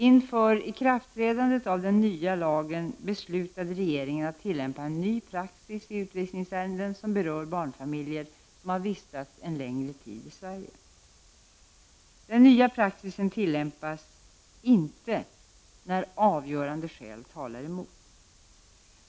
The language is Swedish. Inför ikraftträdandet av den nya lagen beslutade regeringen att tillämpa en ny praxis i utvisningsärenden som berör barnfamiljer som har vistats en längre tid i Sverige. Denna nya praxis tillämpas inte när avgörande skäl talar emot.